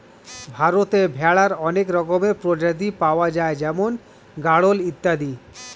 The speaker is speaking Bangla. ভারতে ভেড়ার অনেক রকমের প্রজাতি পাওয়া যায় যেমন গাড়ল ইত্যাদি